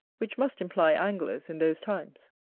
which must imply anglers in those times.